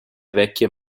vecchie